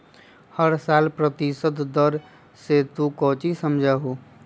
हर साल प्रतिशत दर से तू कौचि समझा हूँ